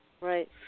Right